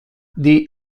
the